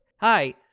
Hi